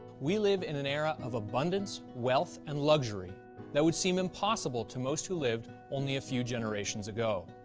we live in an era of abundance, wealth and luxury that would seem impossible to most who lived only a few generations ago.